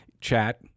Chat –